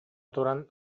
туран